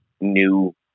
new